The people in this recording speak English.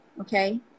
Okay